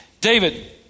David